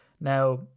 now